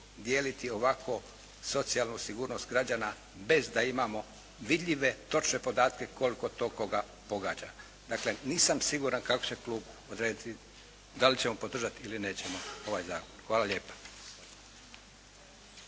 dijeliti ovako socijalnu sigurnost građana bez da imamo vidljive točne podatke koliko to koga pogađa. Dakle nisam siguran kako će se klub odrediti, da li ćemo podržati ili nećemo ovaj zakon. Hvala lijepa.